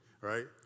right